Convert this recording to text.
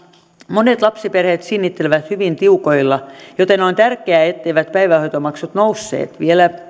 monet lapsiperheet sinnittelevät hyvin tiukoilla joten on tärkeää etteivät päivähoitomaksut nousseet vielä